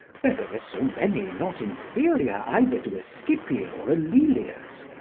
where there were so many not inferior either to a scipio or a lelius,